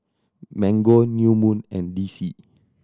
Mango New Moon and D C